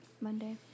Monday